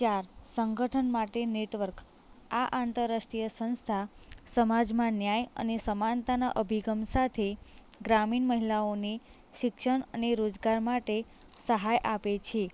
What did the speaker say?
ચાર સંગઠન માટે નેટવર્ક આ અંતરરાષ્ટ્રિય સંસ્થા સમાજમાં ન્યાય અને સમાનતાના અભિગમ સાથે ગ્રામીણ મહિલાઓને શિક્ષણ અને રોજગાર માટે સહાય આપે છે